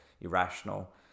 irrational